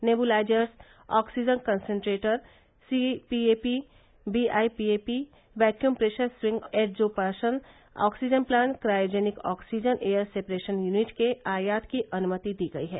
nebulisers oxygen concentrator CPAP और BiPAP vacuum pressure swing adsorption oxygen plant cryogenic oxygen air separation unit के आयात की अनुमति दी गई है